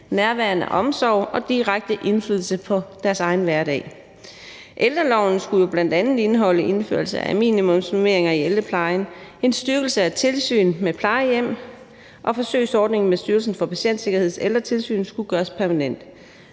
nærværende omsorg og direkte indflydelse på deres egen hverdag. Ældreloven skulle jo bl.a. indeholde indførelse af minimumsnormeringer i ældreplejen, en styrkelse af tilsynet med plejehjem, og forsøgsordningen med Styrelsen for Patientsikkerheds Ældretilsyn skulle gøres permanent.